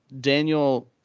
Daniel